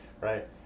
right